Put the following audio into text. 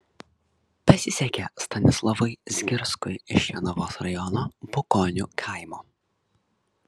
pasisekė stanislovui zgirskui iš jonavos rajono bukonių kaimo